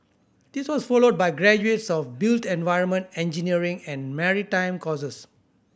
this was followed by graduates of built environment engineering and maritime courses